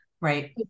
right